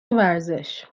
ورزش